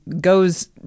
goes